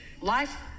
life